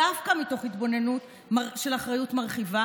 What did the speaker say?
דווקא מתוך התבוננות של אחריות מרחיבה